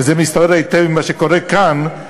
וזה מסתדר היטב עם מה שקורה כאן,